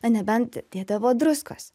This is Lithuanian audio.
na nebent dėdavo druskos